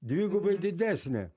dvigubai didesnę